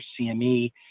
CME